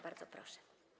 Bardzo proszę.